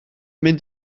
mynd